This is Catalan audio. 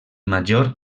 major